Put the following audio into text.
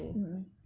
mmhmm